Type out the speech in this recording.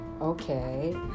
Okay